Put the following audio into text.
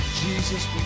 Jesus